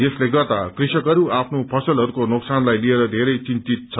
यसले गर्दा कृषकहरू आफ्नो फसलहरूको नोक्सानलाई लिएर धेरै चिन्तित छन्